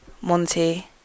Monty